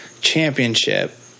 championship